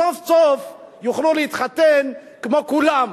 סוף-סוף יוכלו להתחתן כמו כולם.